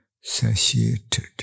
satiated